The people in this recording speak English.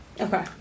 Okay